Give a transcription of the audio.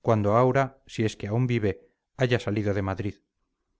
cuando aura si es que aún vive haya salido de madrid